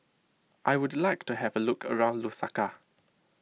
I would like to have a look around Lusaka